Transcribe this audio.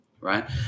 right